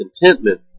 contentment